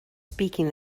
speaking